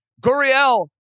Guriel